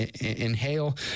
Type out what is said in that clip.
inhale